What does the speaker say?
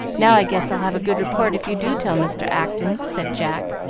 now, i guess i'll have a good report if you do tell mr. acton, said jack,